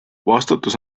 vastutus